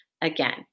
again